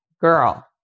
girl